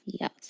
Yes